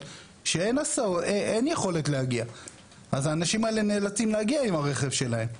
שאין איך להגיע אז האנשים האלה נאלצים להגיע עם הרכב שלהם,